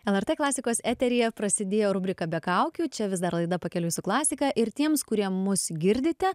lrt klasikos eteryje prasidėjo rubrika be kaukių čia vis dar laida pakeliui su klasika ir tiems kurie mus girdite